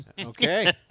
Okay